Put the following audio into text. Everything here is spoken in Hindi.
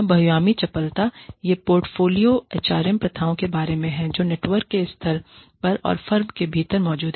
बहुआयामी चपलता यह पोर्टफोलियो एचआरएम प्रथाओं के बारे में है जो नेटवर्क के स्तर पर और फर्म के भीतर मौजूद है